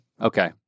Okay